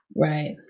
right